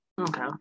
okay